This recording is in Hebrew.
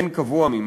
אין קבוע ממנה.